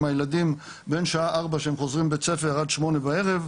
הילדים בין שעה ארבע כשהם חוזרים לבית הספר ועד שמונה בערב.